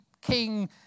king